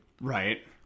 Right